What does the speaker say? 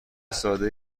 ساده